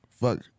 fuck